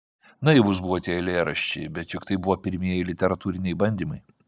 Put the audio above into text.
naivūs buvo tie eilėraščiai bet juk tai buvo pirmieji literatūriniai bandymai